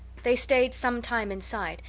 they stayed some time inside,